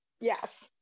Yes